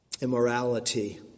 immorality